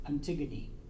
Antigone